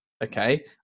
Okay